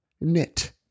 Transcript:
knit